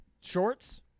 Shorts